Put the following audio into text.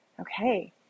Okay